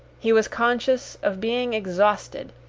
he was conscious of being exhausted,